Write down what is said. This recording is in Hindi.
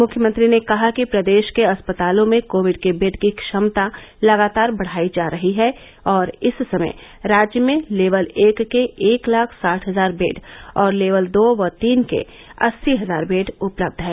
मुख्यमंत्री ने कहा कि प्रदेश के अस्पतालों में कोविड के बेड की क्षमता लगातार बढ़ाई जा रही है और इस समय राज्य में लेवल एक के एक लाख साठ हजार बेड और लेवल दो व लेवल तीन के अस्सी हजार बेड उपलब्ध हैं